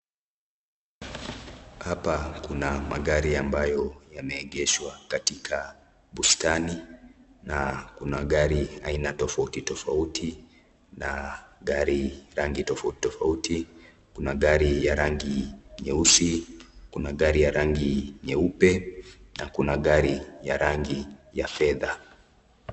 Hapa kuna magari ambayo yameegeshwa katika bustani na kuna gari aina tofauti tofauti na gari rangi tofauti tofauti. Kuna gari ya rangi nyeusi, kuna gari ya rangi nyeupe, na kuna gari rangi ya Fetha.